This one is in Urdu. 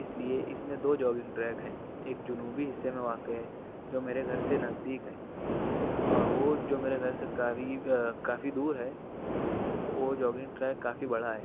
اس لیے اس میں دو جاگنگ ٹریک ہیں ایک جنوبی حصہ میں واقع ہے جو میرے گھر سے نزدیک ہے اور وہ جو میرے گھر سے قریب کافی دور ہے وہ جاگنگ ٹریک کافی بڑا ہے